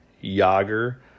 Yager